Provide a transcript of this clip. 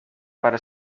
para